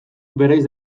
bereiz